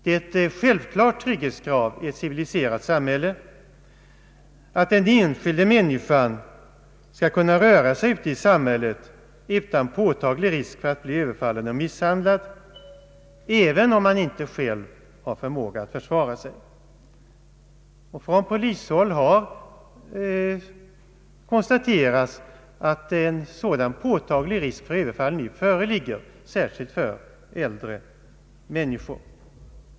Det är ett självklart trygghetskrav i ett civiliserat samhälle att den enskilda människan skall kunna röra sig ute i samhället utan påtaglig risk för att bli överfallen och misshandlad, även om man inte själv har förmåga att försvara sig. Från polishåll har konstaterats att en sådan påtaglig risk för överfall nu föreligger, särskilt för äldre människor.